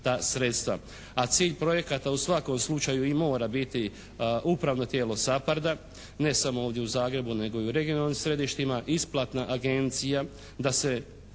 A cilj projekata u svakom slučaju i mora biti upravno tijelo SAPARDA, ne samo ovdje u Zagrebu nego i u regionalnim središtima. Isplatna agencija da se